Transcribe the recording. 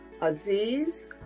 Aziz